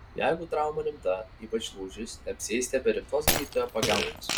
jeigu trauma rimta ypač lūžis neapsieisite be rimtos gydytojo pagalbos